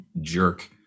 jerk